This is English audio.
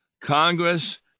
Congress